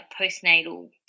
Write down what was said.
postnatal